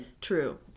True